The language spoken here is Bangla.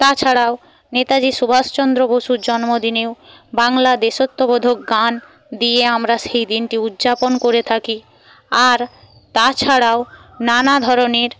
তাছাড়াও নেতাজি সুভাষচন্দ্র বসুর জন্মদিনেও বাংলা দেশাত্মবোধক গান দিয়ে আমরা সেই দিনটি উদযাপন করে থাকি আর তাছাড়াও নানাধরণের